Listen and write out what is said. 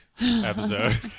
episode